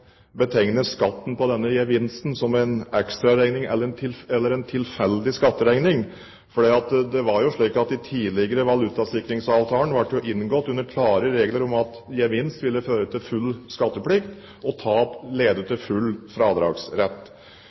betegne skatten på denne gevinsten som en «ekstraregning» eller en «tilfeldig skatteregning», for det var jo slik at de tidligere valutasikringsavtalene ble inngått under klare regler om at gevinst ville føre til full skatteplikt og tap lede til full fradragsrett.